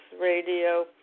radio